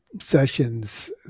sessions